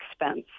expense